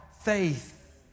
faith